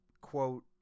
quote